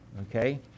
okay